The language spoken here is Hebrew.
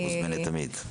את מוזמנת תמיד.